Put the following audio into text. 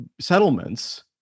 settlements